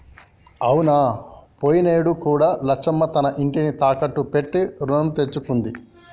అవునా పోయినేడు కూడా లచ్చమ్మ తన ఇంటిని తాకట్టు పెట్టి రుణం తెచ్చుకుంది